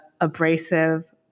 abrasive